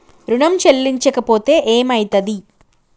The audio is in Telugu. ఋణం చెల్లించకపోతే ఏమయితది?